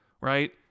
right